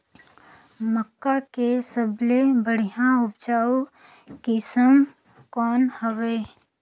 मक्का के सबले बढ़िया उपजाऊ किसम कौन हवय?